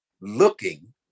looking